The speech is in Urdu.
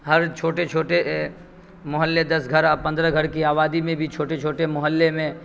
ہر چھوٹے چھوٹے محلے دس گھر اور پندرہ گھر کی آبادی میں بھی چھوٹے چھٹے محلے میں